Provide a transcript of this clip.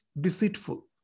deceitful